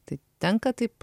tai tenka taip